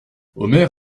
omer